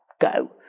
go